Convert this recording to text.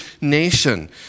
nation